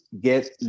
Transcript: get